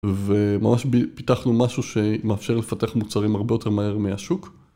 וממש פיתחנו משהו שמאפשר לפתח מוצרים הרבה יותר מהר מהשוק